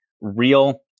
real